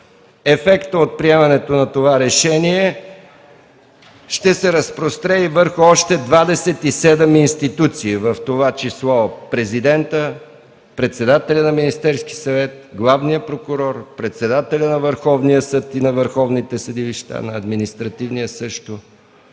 Ефектът от приемането на това решение ще се разпространи върху още 27 институции, в това число Президента, председателя на Министерския съвет, главния прокурор, председателя на Върховния съд и на върховните съдилища, също и на Административния.